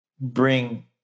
bring